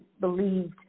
believed